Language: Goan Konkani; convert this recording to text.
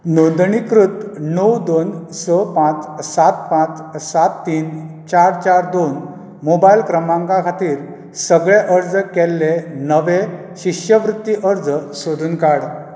नोंदणीकृत णव दोन स पाच सात पाच सात तीन चार चार दोन मोबायल क्रमांका खातीर सगळे अर्ज केल्ले नवे शिश्यवृत्ती अर्ज सोदून काड